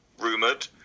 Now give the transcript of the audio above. rumoured